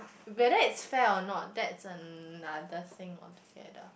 whether it's fair or not that's another thing all together